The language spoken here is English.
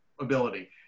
ability